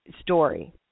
story